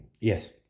yes